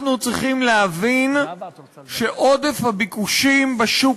אנחנו צריכים להבין שעודף הביקושים בשוק